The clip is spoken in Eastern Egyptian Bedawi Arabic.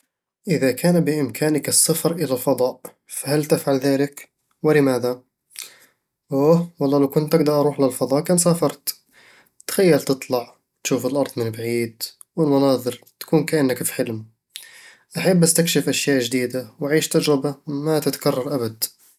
إذا كان بإمكانك السفر إلى الفضاء، فهل تفعل ذلك؟ ولماذا؟ أوه والله لو أقدر أروح للفضاء كان سافرت تخيل تطلع وتشوف الأرض من بعيد، والمناظر تكون كأنك في حلم أحب أستكشف أشياء جديدة وأعيش تجربة ما تتكرر أبد